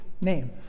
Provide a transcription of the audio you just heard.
name